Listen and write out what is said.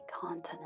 continent